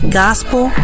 gospel